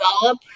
develop